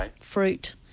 fruit